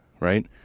right